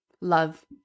love